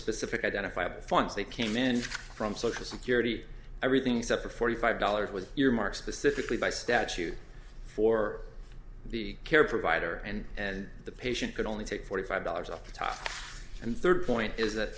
specific identifiable funds they came in from social security everything's up for forty five dollars was your mark specifically by statute for the care provider and and the patient could only take forty five dollars off the top and third point is that